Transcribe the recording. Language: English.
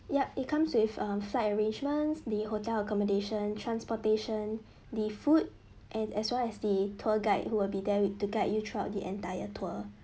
yup it comes with um flight arrangements the hotel accommodation transportation the food and as well as the tour guide who will be there with to guide you throughout the entire tour